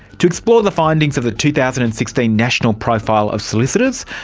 to explore the findings of the two thousand and sixteen national profile of solicitors,